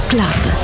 Club